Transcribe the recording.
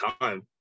time